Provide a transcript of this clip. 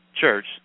Church